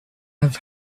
love